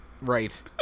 Right